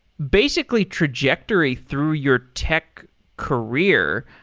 basically, trajectory through your tech career.